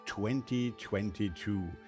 2022